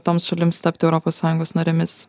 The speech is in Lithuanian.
toms šalims tapti europos sąjungos narėmis